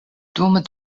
dum